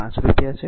5 રૂપિયા છે